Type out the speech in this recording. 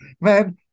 Man